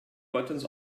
buttons